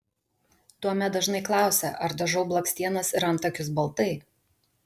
tuomet dažnai klausia ar dažau blakstienas ir antakius baltai